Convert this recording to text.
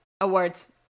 Awards